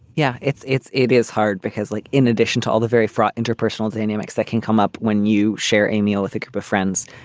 yeah, it's it's it is hard because like in addition addition to all the very fraught interpersonal dynamics that can come up when you share a meal with a group of friends,